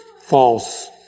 false